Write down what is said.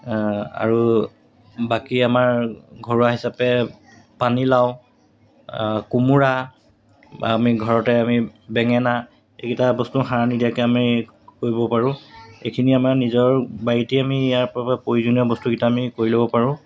আৰু বাকী আমাৰ ঘৰুৱা হিচাপে পানীলাও কোমোৰা বা আমি ঘৰতে আমি বেঙেনা এইকেইটা বস্তু সাৰ নিদিয়াকৈ আমি কৰিব পাৰোঁ এইখিনি আমাৰ নিজৰ বাৰীতেই আমি ইয়াৰ বাবে প্ৰয়োজনীয় বস্তুকেইটা আমি কৰি ল'ব পাৰোঁ